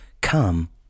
Come